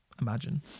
imagine